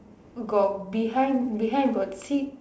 got behind behind got seat